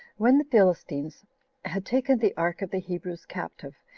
when the philistines had taken the ark of the hebrews captive,